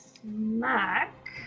smack